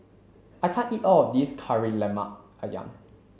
I can't eat all of this Kari Lemak Ayam